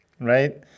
right